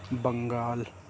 Bengal